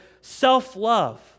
self-love